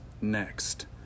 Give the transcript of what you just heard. next